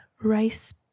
rice